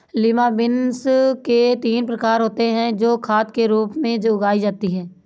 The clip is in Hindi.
लिमा बिन्स के तीन प्रकार होते हे जो खाद के रूप में उगाई जाती हें